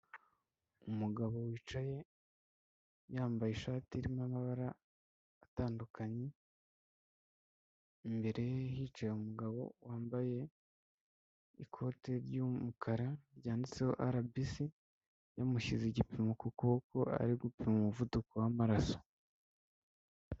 Umugabo wicaye yambaye ishati irimo amabara atandukanye, imbere ye hicaye umugabo wambaye ikote ry'umukara ryanditseho RBC yamushyize igipimo ku kuboko ari gupima umuvuduko w'amaraso.